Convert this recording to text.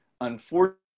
unfortunately